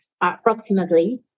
approximately